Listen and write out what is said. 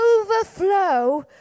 overflow